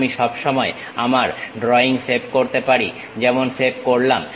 আমি সব সময় আমার ড্রইং সেভ করতে পারি যেমন সেভ করলাম